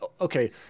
okay